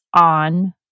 on